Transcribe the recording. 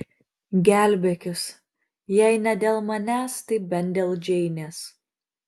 gelbėkis jei ne dėl manęs tai bent dėl džeinės